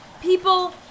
People